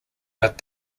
but